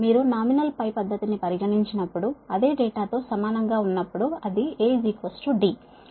మీరు నామినల్ π పద్ధతి ని పరిగణించినప్పుడు అదే డేటాతో సమానం గా ఉన్నప్పుడు అది A D 1 YZ2